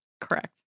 Correct